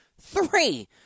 three